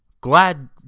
Glad